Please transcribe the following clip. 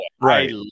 Right